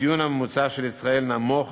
הציון הממוצע של ישראל נמוך